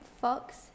Fox